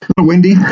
windy